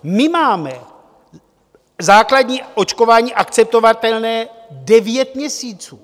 My máme základní očkování akceptovatelné devět měsíců.